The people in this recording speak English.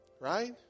Right